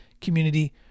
community